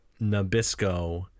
Nabisco